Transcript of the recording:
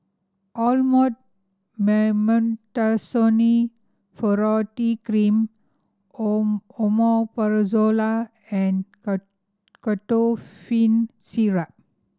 Elomet Mometasone Furoate Cream Omeprazole and Ketotifen Syrup